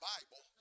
Bible